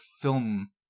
film